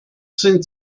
sind